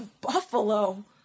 Buffalo